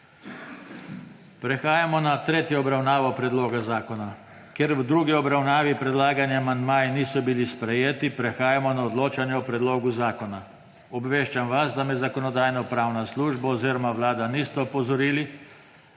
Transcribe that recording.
Prehajamo na tretjo obravnavo predloga zakona. Ker v drugi obravnavi predlagani amandmaji niso bili sprejeti, prehajamo na odločanje o predlogu zakona. Obveščam vas, da me Zakonodajno-pravna služba oziroma Vlada nista opozorili,